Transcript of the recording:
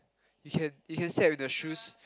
you can you can step in the shoes